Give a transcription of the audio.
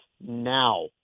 now